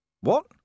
What